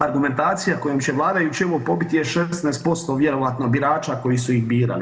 Argumentacija kojom će vladajući ovo pobiti je 16% vjerojatno birača koji su ih birali.